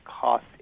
cost